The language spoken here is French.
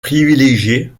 privilégié